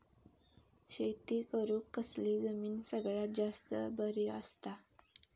शेती करुक कसली जमीन सगळ्यात जास्त बरी असता?